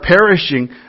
perishing